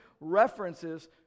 references